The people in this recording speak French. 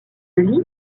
lie